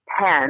pen